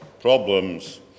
problems